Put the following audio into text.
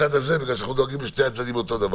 בצד הזה בגלל שאנחנו דואגים לשני הצדדים אותו דבר.